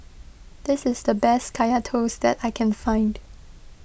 this is the best Kaya Toast that I can find